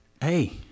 Hey